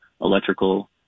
electrical